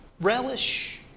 relish